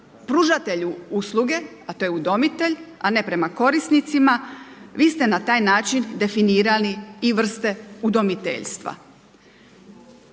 pružatelju usluge, a to je udomitelj, a ne prema korisnicima, vi ste na taj način definirali i vrste udomiteljstva.